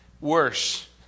worse